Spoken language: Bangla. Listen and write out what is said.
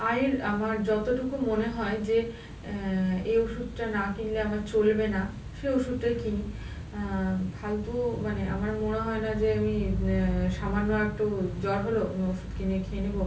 আয়ের আমার যতটুকু মনে হয় যে এই ওষুধটা না কিনলে আমার চলবে না সে ওষুধটাই কিনি ফালতু মানে আমার মনে হয় না যে আমি সামান্য একটু জ্বর হলো আমি ওষুধ কিনে খেয়ে নেব